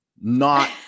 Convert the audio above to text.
not-